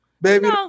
Baby